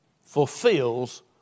fulfills